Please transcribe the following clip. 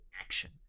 action